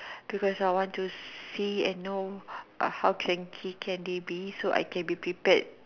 because I want to see and know how can he they can be so I can repeated